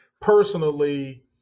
personally